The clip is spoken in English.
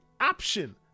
option